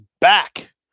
back